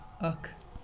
اَکھ